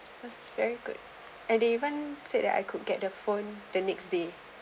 was very good and they even said that I could get the phone the next day